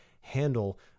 handle